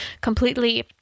completely